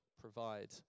provide